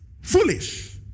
Foolish